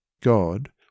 God